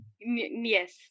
Yes